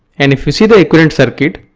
and if you see the equivalent circuit,